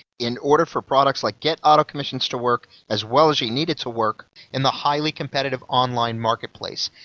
in order for products like get auto commissions to work as well as you need it to work in the highly competitive online marketplace.